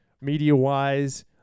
media-wise